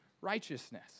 righteousness